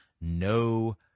no